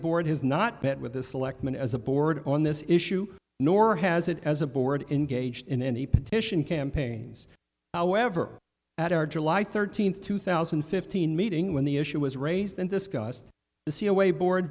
board has not bet with the selectmen as a board on this issue nor has it as a board engaged in any petition campaigns however at our july thirteenth two thousand and fifteen meeting when the issue was raised and discussed the c away board